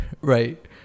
right